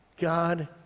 God